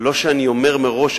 לא שאני אומר מראש.